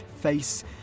face